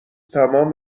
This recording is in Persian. تمام